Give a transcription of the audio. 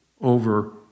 over